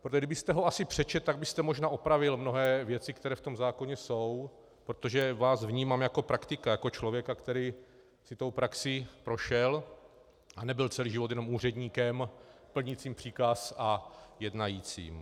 Protože kdybyste si ho přečetl, tak byste možná opravil mnohé věci, které v tom zákoně jsou, protože vás vnímám jako praktika, jako člověka, který si tou praxí prošel a nebyl celý život jenom úředníkem plnícím příkaz a jednajícím.